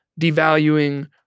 devaluing